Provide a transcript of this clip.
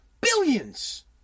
billions